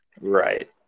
Right